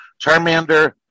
Charmander